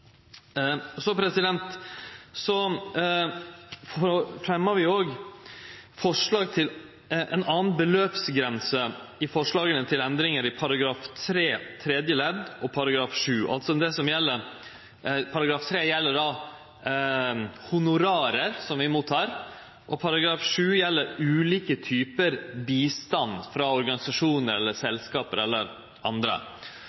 Så fremjar vi òg forslag om ei anna beløpsgrense i forslaga til endringar i § 3 tredje ledd og § 7. Paragraf 3 gjeld honorar som vi tek imot, og § 7 gjeld ulike typar bistand frå organisasjonar, selskap eller andre.